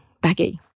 baggy